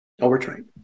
overtrained